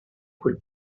quel